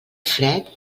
fred